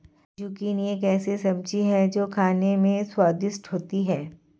zucchini एक ऐसी सब्जी है जो खाने में स्वादिष्ट होती है